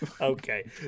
Okay